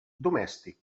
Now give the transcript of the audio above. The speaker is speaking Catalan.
domèstic